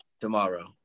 tomorrow